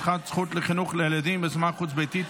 הזכות לחינוך לילדים בהשמה חוץ-ביתית),